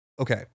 okay